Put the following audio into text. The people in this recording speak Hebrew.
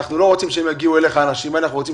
אנחנו לא רוצים שהם יגיעו אליך אלא אנחנו רוצים